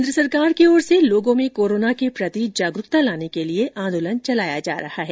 केन्द्र सरकार की ओर से लोगों में कोरोना के प्रति जागरूकता लाने के लिए आंदोलन चलाया जा रहा है